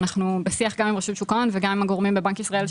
ואנחנו בשיח גם עם רשות שוק ההון וגם עם הגורמים בבנק ישראל.